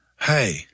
Hey